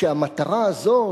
שהמטרה הזו,